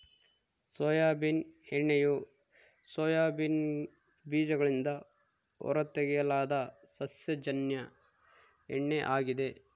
soybean ಎಣ್ಣೆಯು soybean ಬೀಜಗಳಿಂದ ಹೊರತೆಗೆಯಲಾದ ಸಸ್ಯಜನ್ಯ ಎಣ್ಣೆ ಆಗಿದೆ